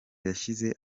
yashyize